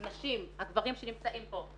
נשים, הגברים שנמצאים פה,